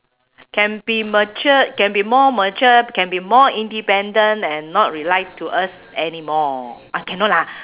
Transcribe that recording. can be matured can be more matured can be more independent and not rely to us anymore ah cannot lah